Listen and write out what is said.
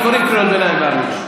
לא קוראים קריאות ביניים בעמידה.